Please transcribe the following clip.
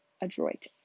adroit